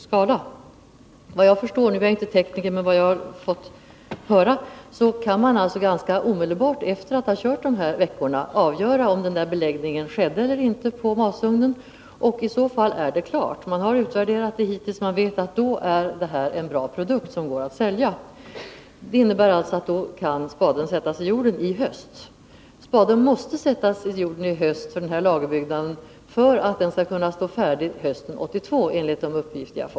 Efter vad jag fått höra — jag är inte tekniker — kan man ganska omedelbart efter att ha kört under de här veckorna avgöra om det blir någon beläggning eller inte i masugnen. Om det inte blir det är det hela klart med den utvärdering som man har gjort hittills, och då vet man alltså att det är en bra produkt som går att sälja. Det innebär att spaden kan sättas i jorden i höst. Och spaden måste också enligt de uppgifter jag har fått sättas i jorden i höst när det gäller lagerbyggnaden för att den skall kunna stå färdig hösten 1982.